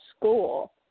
school